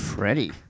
Freddie